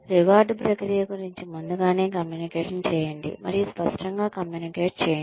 రివార్డుల ప్రక్రియ గురించి ముందుగానే కమ్యూనికేట్ చేయండి మరియు స్పష్టంగా కమ్యూనికేట్ చేయండి